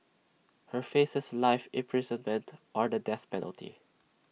he faces life imprisonment or the death penalty